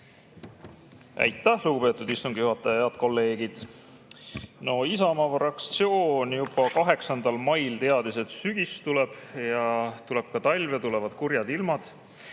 Aitäh, lugupeetud istungi juhataja! Head kolleegid! No Isamaa fraktsioon juba 8. mail teadis, et sügis tuleb ja tuleb ka talv ja tulevad kurjad ilmad